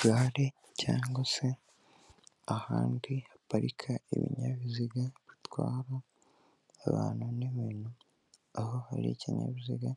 gare cg se ahandi haparika ibinyabiziga bitwara abantu n'ibintu aho hari ikinyabiziga